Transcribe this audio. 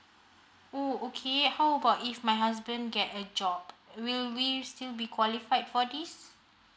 oh okay how about if my husband get a job will we still be qualified for this